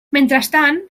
mentrestant